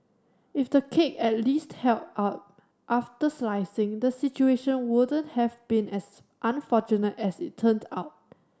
if the cake at least held up after slicing the situation wouldn't have been as unfortunate as it turned out